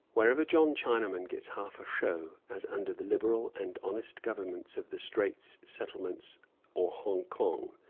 wherever john chinaman gets half a show, as under the liberal and honest government of the straits settlements or hong-kong,